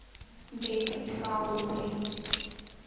Debit का होथे?